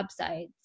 websites